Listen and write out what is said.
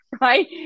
Right